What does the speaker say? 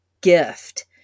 gift